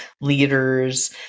leaders